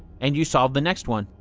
and you solve the next one.